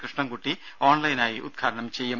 കൃഷ്ണൻകുട്ടി ഓൺലൈനായി ഉദ്ഘാടനം ചെയ്യും